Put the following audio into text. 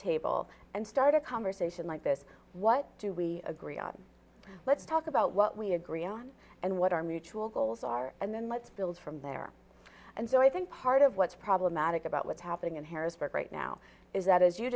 table and start a conversation like this what do we agree on let's talk about what we agree on and what our mutual goals are and then let's build from there and so i think part of what's problematic about what's happening in harrisburg right now is that as you